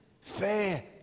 fair